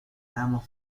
ramos